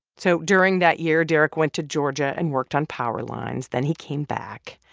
so during that year, derek went to georgia and worked on power lines. then he came back.